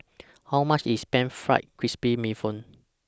How much IS Pan Fried Crispy Bee Hoon